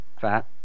fat